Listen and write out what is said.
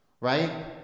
Right